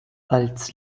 als